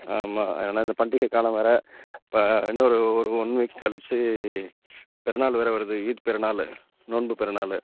ஆமா ஏன்னால் இந்த பண்டிகைக் காலம் வேறு இப்போ இன்னும் ஒரு ஒரு ஒன் வீக் கழிச்சி பெரு நாள் வேறு வருது ஈத் பெரு நாம் நோன்பு பெரு நாள்